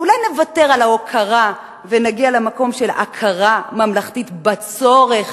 אולי נוותר על ההוקרה ונגיע למקום של הכרה ממלכתית בצורך